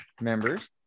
members